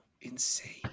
insane